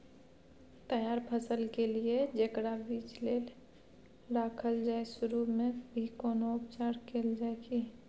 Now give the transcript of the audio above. तैयार फसल के लिए जेकरा बीज लेल रखल जाय सुरू मे भी कोनो उपचार कैल जाय की?